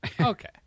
Okay